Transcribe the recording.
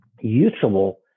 usable